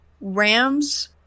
Rams